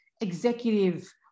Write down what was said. executive